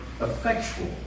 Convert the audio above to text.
effectual